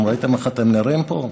ראיתם איך אתם נראים פה?